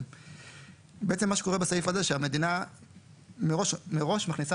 כל הסימן הזה לא חל ואנחנו בעצם חוזרים